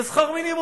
זה שכר מינימום,